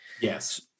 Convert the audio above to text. yes